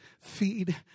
Feed